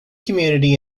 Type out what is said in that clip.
community